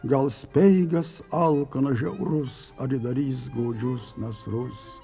gal speigas alkanas žiaurus atidarys godžius nasrus